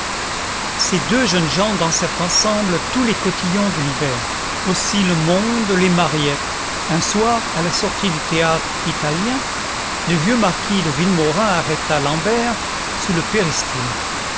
ces deux jeunes gens dansèrent ensemble tous les cotillons de l'hiver aussi le monde les mariait un soir à la sortie du théâtre-italien le vieux marquis de villemaurin arrêta l'am bert sous le